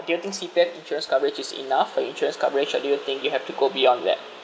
do you think C_P_F insurance coverage is enough for your insurance coverage or do you think you have to go beyond that